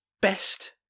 Best